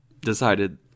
decided